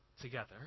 together